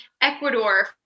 Ecuador